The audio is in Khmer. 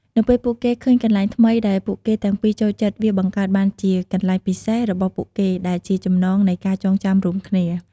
នៅពេលពួកគេរកឃើញកន្លែងថ្មីដែលពួកគេទាំងពីរចូលចិត្ត វាបង្កើតបានជា "កន្លែងពិសេស" របស់ពួកគេ ដែលជាចំណងនៃការចងចាំរួមគ្នា។